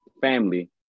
family